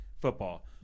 football